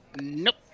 Nope